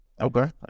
Okay